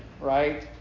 Right